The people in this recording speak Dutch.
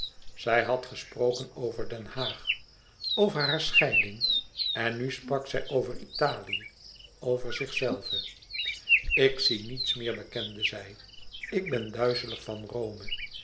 zij had gesproken over den haag over hare scheiding en nu sprak zij over italië over zichzelve ik zie niets meer bekende zij ik ben duizelig van rome